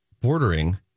bordering